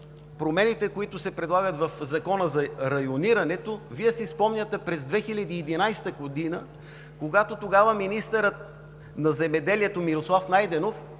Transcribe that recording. промените, които се предлагат в Закона за районирането, Вие си спомняте, че през 2011 г., когато тогава министърът на земеделието Мирослав Найденов,